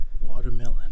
Watermelon